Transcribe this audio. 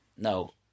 No